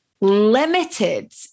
limited